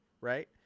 right